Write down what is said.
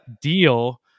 deal